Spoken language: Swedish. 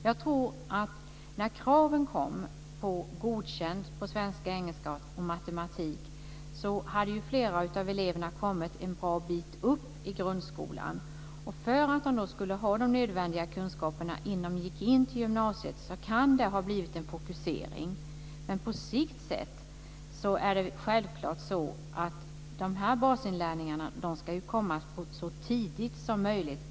När kraven kom på att eleven skulle vara godkänd i svenska, engelska och matematik hade flera av eleverna kommit en bra bit upp i grundskolan. För att de skulle få de nödvändiga kunskaperna innan de började på gymnasiet kan det ha blivit en fokusering. På sikt ska denna basinlärning självklart ske så tidigt som möjligt.